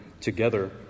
together